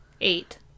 Eight